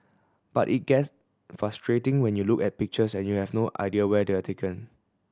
but it gets frustrating when you look at pictures and you have no idea where they are taken